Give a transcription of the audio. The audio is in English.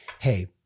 Hey